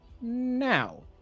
now